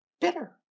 Bitter